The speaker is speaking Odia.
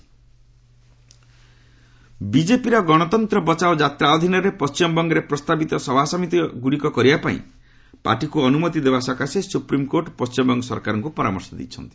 ଏସ୍ସି ବିଜେପି ବିଜେପିର ଗଶତନ୍ତ ବଚାଓ ଯାତ୍ରା ଅଧୀନରେ ପଶ୍ଚିମବଙ୍ଗରେ ପ୍ରସ୍ତାବିତ ସଭାସମିତି ଗୁଡ଼ିକୁ କରିବା ପାଇଁ ପାର୍ଟିକୁ ଅନୁମତି ଦେବା ସକାଶେ ସୁପ୍ରିମ୍କୋର୍ଟ ପଣ୍ଢିମବଙ୍ଗ ସରକାରଙ୍କୁ ପରାମର୍ଶ ଦେଇଛନ୍ତି